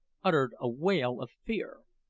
uttered a wail of fear.